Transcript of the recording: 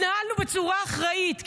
התנהלנו בצורה אחראית,